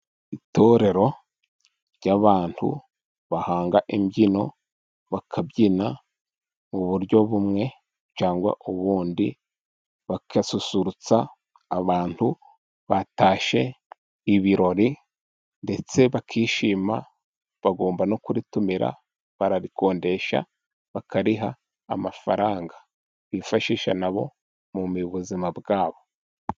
Itorero ry'abantu bahanga imbyino bakabyina mu buryo bumwe cyangwa ubundi, bagasusurutsa abantu batashye ibirori, ndetse bakishima, bagomba no kuritumira, bararikodesha, bakariha amafaranga bifashisha nabo muzima bwabo.